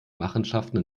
machenschaften